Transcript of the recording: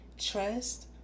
trust